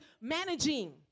managing